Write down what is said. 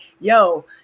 yo